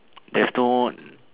there's no